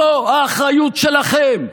זו האחריות שלכם,